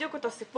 בדיוק אותו סיפור.